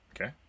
okay